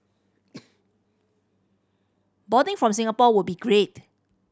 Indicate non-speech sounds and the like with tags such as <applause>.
<noise> boarding from Singapore would be great